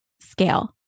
scale